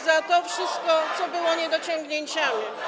za to wszystko, co było niedociągnięciami.